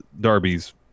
Darby's